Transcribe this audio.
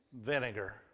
Vinegar